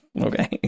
okay